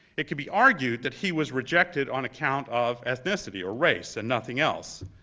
it could be argued that he was rejected on account of ethnicity or race and nothing else.